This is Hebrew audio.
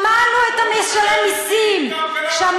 הוא משלם מיסים, את לא עושה לו טובה.